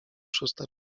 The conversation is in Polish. szósta